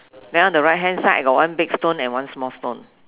now the right hand side got one big stone and one small stone